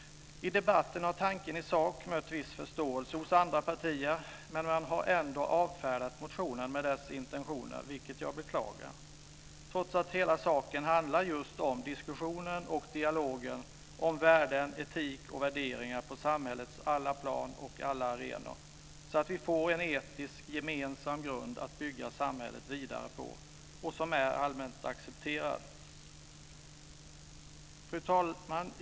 I debatten har tanken i sak mött viss förståelse hos andra partier, men man har ändå avfärdat motionen med dess intentioner, vilket jag beklagar. Detta har man gjort trots att hela saken handlar just om diskussionen och dialogen om värden, etik och värderingar på samhällets alla plan och alla arenor. Så kan vi få en etisk gemensam grund att bygga samhället vidare på som är allmänt accepterad. Fru talman!